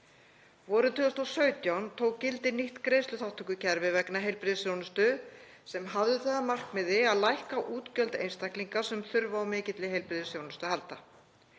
Vorið 2017 tók gildi nýtt greiðsluþátttökukerfi vegna heilbrigðisþjónustu sem hafði það að markmiði að lækka útgjöld einstaklinga sem þurfa á mikilli heilbrigðisþjónustu að halda.